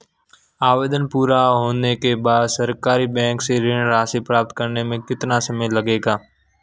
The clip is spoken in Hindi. आवेदन पूरा होने के बाद सरकारी बैंक से ऋण राशि प्राप्त करने में कितना समय लगेगा?